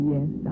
Yes